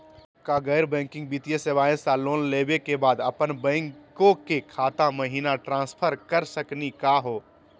का गैर बैंकिंग वित्तीय सेवाएं स लोन लेवै के बाद अपन बैंको के खाता महिना ट्रांसफर कर सकनी का हो?